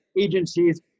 agencies